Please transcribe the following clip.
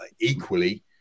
Equally